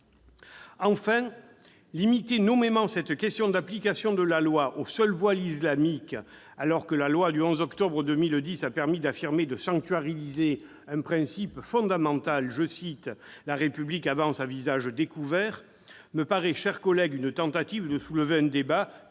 Enfin, limiter nommément cette question d'application de la loi au seul voile islamique, alors que la loi du 11 octobre 2010 a permis d'affirmer et de sanctuariser le principe fondamental selon lequel « la République avance à visage découvert », me paraît constituer, mes chers collègues, une tentative de soulever un débat